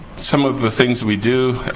some of the things we do.